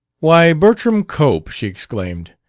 why, bertram cope! she exclaimed,